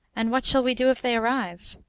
and what shall we do if they arrive?